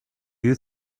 you